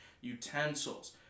utensils